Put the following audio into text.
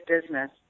business